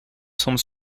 semble